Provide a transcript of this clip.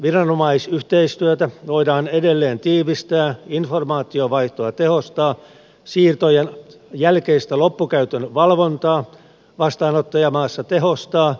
viranomaisyhteistyötä voidaan edelleen tiivistää informaatiovaihtoa tehostaa siirtojen jälkeistä loppukäytön valvontaa vastaanottajamaassa tehostaa